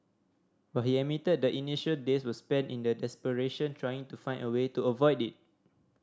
but he admitted the initial days were spent in the desperation trying to find a way to avoid it